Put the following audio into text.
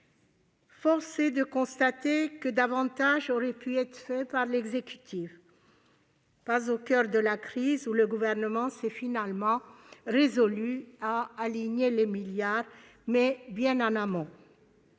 Force est de constater que davantage aurait pu être fait par l'exécutif, non pas au coeur de la crise, quand le Gouvernement s'est finalement résolu à aligner les milliards d'euros, mais bien en amont.